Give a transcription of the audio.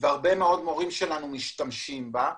והרבה מאוד מורים שלנו משתמשים בה.